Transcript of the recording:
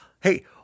hey